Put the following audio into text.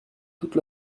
toute